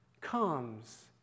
comes